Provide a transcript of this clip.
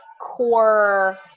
core